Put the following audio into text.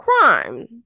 crime